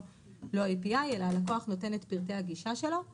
לא ה-EPI אלא הלקוח נותן את פרטי הגישה שלו לחשבון,